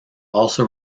also